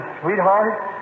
sweetheart